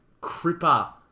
Cripper